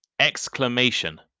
Exclamation